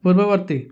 ପୂର୍ବବର୍ତ୍ତୀ